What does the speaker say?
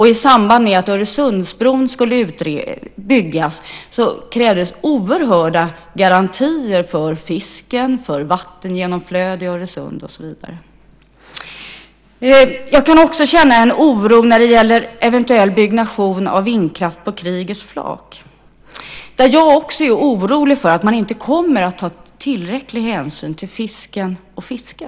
I samband med att Öresundsbron skulle byggas krävdes oerhört stränga garantier för fisken, vattengenomflödet i Öresund och så vidare. Jag kan också känna oro när det gäller en eventuell byggnation av vindkraft på Krügers flak. Jag är orolig för att man inte kommer att ta tillräcklig hänsyn till fisken och fisket.